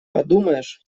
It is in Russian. подумаешь